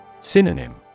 Synonym